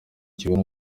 kibona